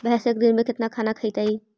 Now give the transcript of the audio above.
भैंस एक दिन में केतना खाना खैतई?